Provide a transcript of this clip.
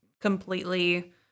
completely